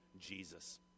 Jesus